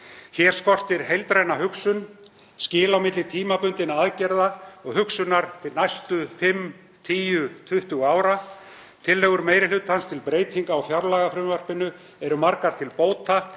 Hér skortir heildræna hugsun, skil á milli tímabundinna aðgerða og hugsjónar til næstu fimm, tíu, tuttugu ára. Tillögur meiri hlutans til breytinga á fjárlagafrumvarpinu eru margar til bóta